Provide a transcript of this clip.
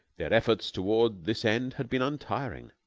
their efforts toward this end had been untiring,